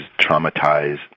traumatized